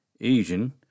Asian